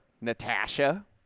Natasha